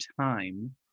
time